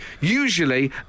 Usually